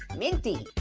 minty.